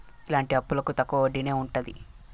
ఇలాంటి అప్పులకు తక్కువ వడ్డీనే ఉంటది